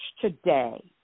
today